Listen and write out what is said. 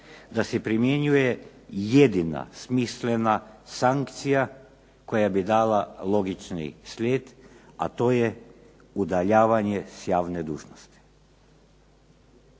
da se primjenjuje jedina smislena sankcija koja bi dala logični slijed, a to je udaljavanje s javne dužnosti.